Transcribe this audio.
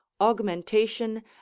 augmentation